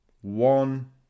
one